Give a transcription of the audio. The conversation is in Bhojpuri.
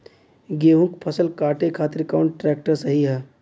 गेहूँक फसल कांटे खातिर कौन ट्रैक्टर सही ह?